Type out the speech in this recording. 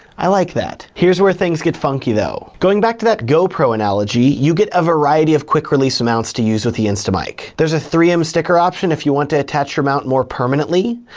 i like that. here's where things get funky, though, going back to that go-pro analogy, you get a variety of quick-release mounts to use with the instamic. there's a three m sticker option if you want to attach your mount more permanently,